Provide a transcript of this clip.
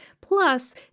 Plus